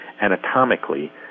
anatomically